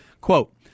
quote